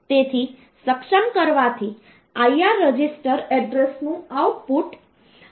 તેથી સક્ષમ કરવાથી IR રજિસ્ટર એડ્રેસનું આઉટપુટ આઉટપુટ તરીકે ઉપલબ્ધ થશે